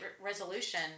resolution